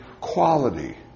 quality